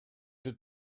had